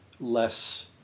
less